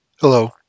Hello